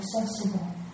accessible